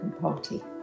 Party